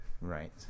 Right